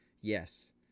Yes